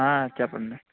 చెప్పండి